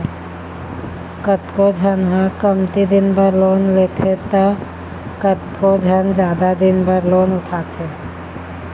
कतको झन ह कमती दिन बर लोन लेथे त कतको झन जादा दिन बर लोन उठाथे